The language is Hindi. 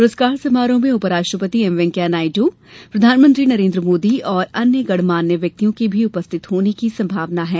पुरस्कार समारोह में उपराष्ट्रपति एमवेंकैया नायडू प्रधानमंत्री नरेन्द्र मोदी और अन्य गणमान्य व्यक्तियों के भी उपस्थित रहने की संभावना है